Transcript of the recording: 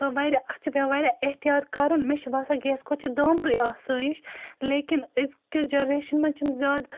تہٕ واریاہ اَتھ چھِ پیٚوان واریاہ احتِیاط کَرُن مےٚ چھُ باسان گیس کھۄتہٕ چھِ دامبرے آسٲیِش لیکِن أزکِس جَنریشَن منٛز چھِنہٕ زیادٕ